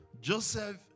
Joseph